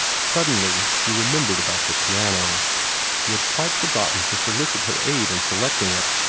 suddenly he remembered about the piano he had quite forgotten to solicit her aid in selecting it.